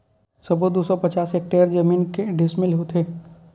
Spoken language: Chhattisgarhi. सबो दू सौ पचास हेक्टेयर जमीन के डिसमिल होथे?